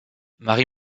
marie